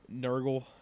Nurgle